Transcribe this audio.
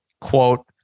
quote